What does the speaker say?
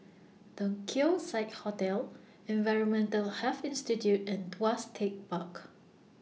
The Keong Saik Hotel Environmental Health Institute and Tuas Tech Park